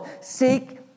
Seek